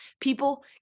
people